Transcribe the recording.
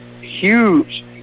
huge